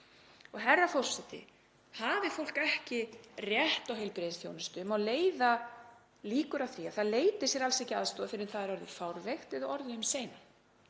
Herra forseti. Hafi fólk ekki rétt á heilbrigðisþjónustu má leiða líkur að því að það leiti sér alls ekki aðstoðar fyrr en það er orðið fárveikt eða það er orðið um seinan.